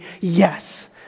yes